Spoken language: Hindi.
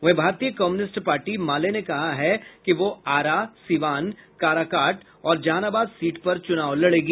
वहीं भारतीय कम्युनिस्ट पार्टी माले ने कहा है कि वह आरा सिवान काराकाट और जहानाबाद सीट पर चुनाव लड़ेगी